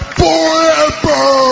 forever